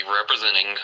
representing